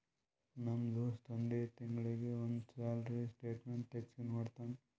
ನಮ್ ದೋಸ್ತ್ ಒಂದ್ ತಿಂಗಳೀಗಿ ಒಂದ್ ಸಲರೇ ಸ್ಟೇಟ್ಮೆಂಟ್ ತೆಗ್ಸಿ ನೋಡ್ತಾನ್